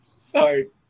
Sorry